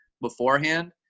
beforehand